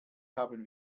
haben